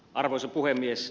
arvoisa puhemies